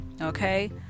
Okay